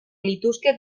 lituzke